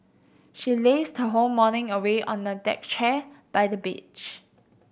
she lazed her whole morning away on a deck chair by the beach